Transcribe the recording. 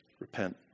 repent